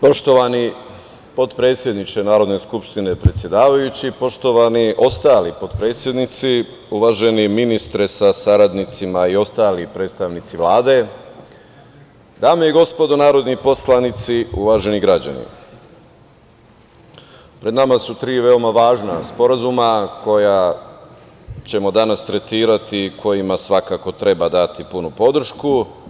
Poštovani potpredsedniče Narodne skupštine, predsedavajući, poštovani ostali potpredsednici, uvaženi ministre sa saradnicima i ostali predstavnici Vlade, dame i gospodo narodni poslanici, uvaženi građani, pred nama su tri veoma važna sporazuma koja ćemo danas tretirati i kojima svakako treba dati punu podršku.